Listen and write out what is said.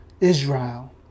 Israel